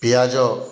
ପିଆଜ